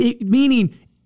Meaning